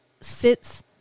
sits